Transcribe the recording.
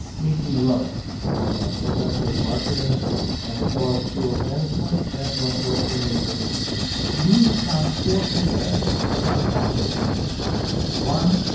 meet neil rose i'm a professor of marketing at the kellogg school of management at northwestern university neil has found four triggers for counterfactual thinking one,